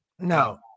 No